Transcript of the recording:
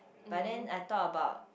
but then I thought about